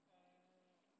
orh